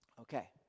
Okay